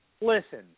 listen